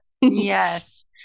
Yes